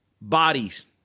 bodies